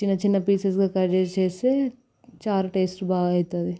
చిన్న చిన్న పీసెస్గా కట్ చేసి చేస్తే చారు టేస్ట్ బాగా అవుతుంది